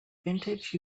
vintage